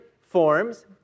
forms